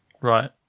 Right